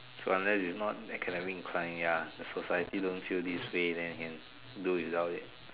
so unless is not academic incline ya the society don't feel this way then can do without it